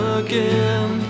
again